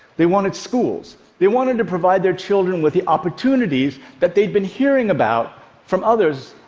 they wanted schools. they wanted to provide their children with the opportunities that they'd been hearing about from others,